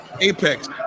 Apex